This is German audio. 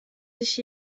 sich